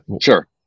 Sure